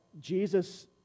Jesus